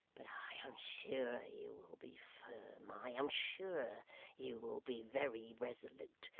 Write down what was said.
but i am sure you will be firm, i am sure you will be very resolute,